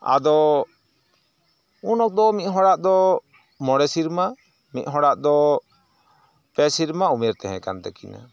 ᱟᱫᱚ ᱩᱱᱚᱫᱚ ᱢᱤᱫ ᱦᱚᱲᱟᱜᱫᱚ ᱢᱚᱬᱮ ᱥᱤᱨᱢᱟ ᱢᱤᱫ ᱦᱚᱲᱟᱜᱫᱚ ᱯᱮ ᱥᱤᱨᱢᱟ ᱩᱢᱮᱨ ᱛᱮᱦᱮᱸᱠᱟᱱ ᱛᱟᱹᱠᱤᱱᱟᱹ